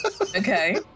Okay